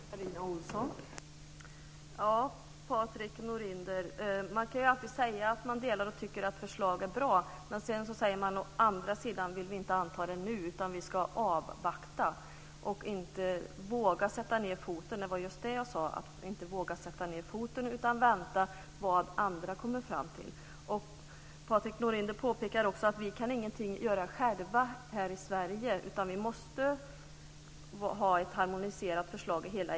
Fru talman! Patrik Norinder, man kan alltid säga att man tycker att ett förslag är bra. Men sedan säger man: Å andra sidan vill vi inte anta det nu, utan vi ska avvakta. Man vågar inte - det var just det jag sade - sätta ned foten utan väntar för att se vad andra kommer fram till. Patrik Norinder påpekar också att vi inte kan göra någonting själva här i Sverige, utan vi måste ha ett harmoniserat förslag i hela EU.